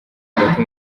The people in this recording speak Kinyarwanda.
hagati